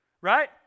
right